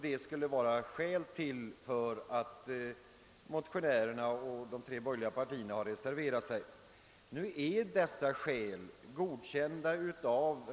Detta är skälen till att representanter för de tre borgerliga partierna har reserverat sig.